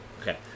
Okay